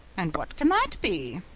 and what can that be?